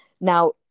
Now